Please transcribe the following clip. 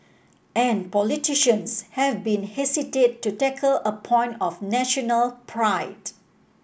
and politicians have been hesitant to tackle a point of national pride